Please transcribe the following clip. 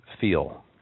feel